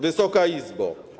Wysoka Izbo!